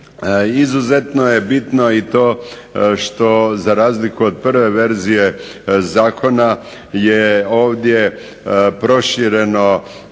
Izuzetno je bitno i to što za razliku od prve verzije zakona je ovdje proširena